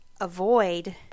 avoid